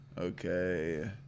okay